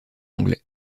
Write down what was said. anglais